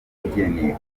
umugeni